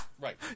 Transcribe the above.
right